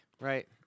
right